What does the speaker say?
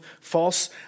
false